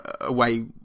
away